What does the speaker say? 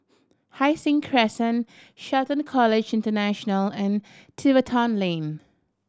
Hai Sing Crescent Shelton College International and Tiverton Lane